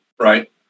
right